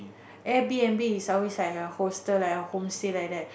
a_b_m_b is outside like a hostel like a homestay like that